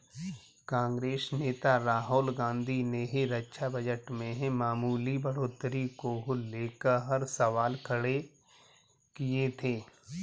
कांग्रेस नेता राहुल गांधी ने रक्षा बजट में मामूली बढ़ोतरी को लेकर सवाल खड़े किए थे